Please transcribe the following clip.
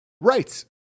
Right